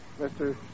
Mr